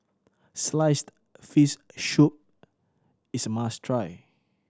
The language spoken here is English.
sliced fish soup is a must try